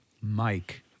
Mike